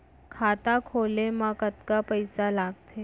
खाता खोले मा कतका पइसा लागथे?